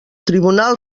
tribunal